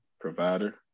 provider